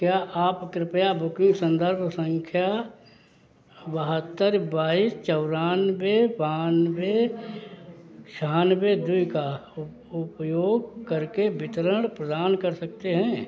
क्या आप कृपया बुकिंग संदर्भ संख्या बहत्तर बाईस चौरानवे बानवे छियानवे दुइ का उपयोग करके वितरण प्रदान कर सकते हैं